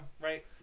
right